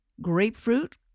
grapefruit